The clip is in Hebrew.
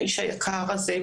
האיש היקר הזה,